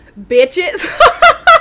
bitches